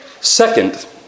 Second